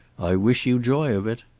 i wish you joy of it.